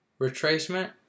Retracement